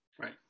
Right